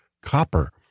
copper